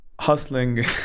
Hustling